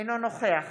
אינו נוכח